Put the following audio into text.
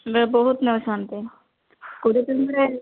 ନା ବହୁତ ନେଇଥାନ୍ତେ କୋଡ଼ିଏ ଟଙ୍କାରେ